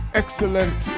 excellent